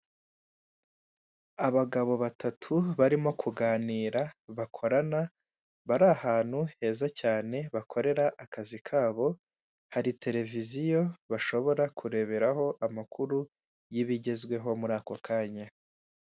Abagabo batatu, barimo kuganira, bakorana, bari ahantu heza cyane bakorera akazi kabo, hari televiziyo bashobora kureberaho amakuru y'ibigezweho muri ako kanya.